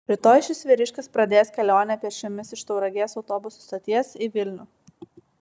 rytoj šis vyriškis pradės kelionę pėsčiomis iš tauragės autobusų stoties į vilnių